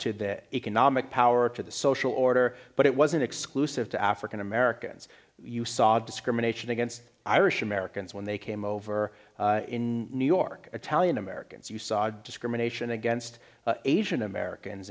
to economic power to the social order but it wasn't exclusive to african americans you saw discrimination against irish americans when they came over in new york italian americans you saw discrimination against asian americans